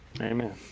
Amen